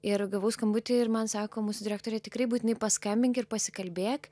ir gavau skambutį ir man sako mūsų direktorė tikrai būtinai paskambink ir pasikalbėk